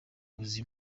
buzima